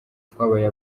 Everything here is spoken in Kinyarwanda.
twabaye